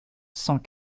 cent